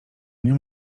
nie